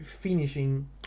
finishing